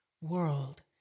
world